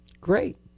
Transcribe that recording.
Great